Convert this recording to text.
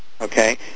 Okay